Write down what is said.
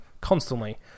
constantly